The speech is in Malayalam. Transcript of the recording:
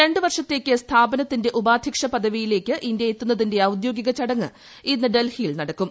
രണ്ടു വർഷത്തേക്ക് സ്ഥാപനത്തിന്റെ ഉപാധ്യക്ഷ പദവിയിലേക്ക് ഇന്ത്യ എത്തുന്നതിന്റെ ഔദ്യോഗിക ചടങ്ങ് ഇന്ന് ഡൽഹിയിൽ നടക്കും